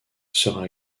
sera